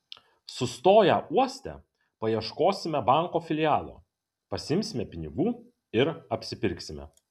sustoję uoste paieškosime banko filialo pasiimsime pinigų ir apsipirksime